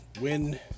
win